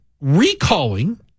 recalling